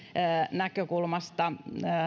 näkökulmasta